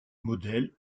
modèle